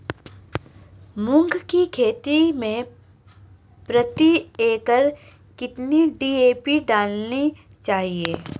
मूंग की खेती में प्रति एकड़ कितनी डी.ए.पी डालनी चाहिए?